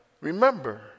remember